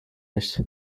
nicht